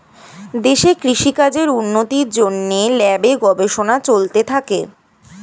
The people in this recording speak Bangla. দেশে কৃষি কাজের উন্নতির জন্যে ল্যাবে গবেষণা চলতে থাকে